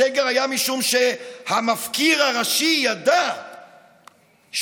הסגר היה משום שהמפקיר הראשי ידע שאין